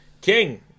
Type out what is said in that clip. King